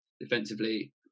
defensively